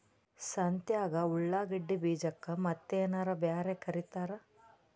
ಸಂತ್ಯಾಗ ಉಳ್ಳಾಗಡ್ಡಿ ಬೀಜಕ್ಕ ಮತ್ತೇನರ ಬ್ಯಾರೆ ಕರಿತಾರ?